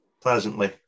pleasantly